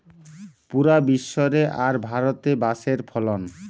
পুরা বিশ্ব রে আর ভারতে বাঁশের ফলন